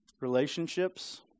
Relationships